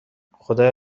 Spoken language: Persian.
خدایا